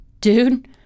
Dude